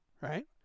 right